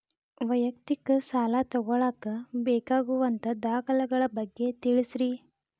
ವೈಯಕ್ತಿಕ ಸಾಲ ತಗೋಳಾಕ ಬೇಕಾಗುವಂಥ ದಾಖಲೆಗಳ ಬಗ್ಗೆ ತಿಳಸ್ರಿ